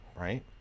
right